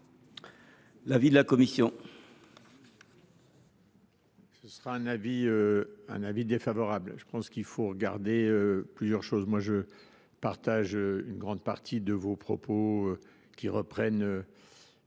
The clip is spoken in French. l’avis de la commission